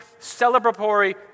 celebratory